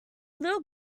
little